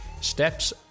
Steps